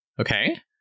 Okay